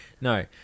No